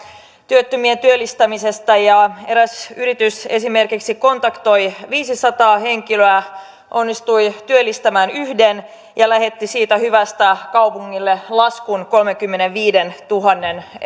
työttömien työllistämisessä ja ja eräs yritys esimerkiksi kontaktoi viisisataa henkilöä onnistui työllistämään yhden ja lähetti siitä hyvästä kaupungille laskun kolmenkymmenenviidentuhannen